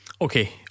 Okay